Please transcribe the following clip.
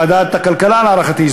לוועדת הכלכלה להערכתי,